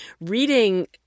reading